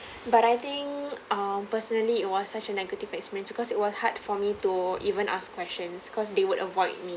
but I think um personally it was such a negative experience because it was hard for me to even ask questions cause they would avoid me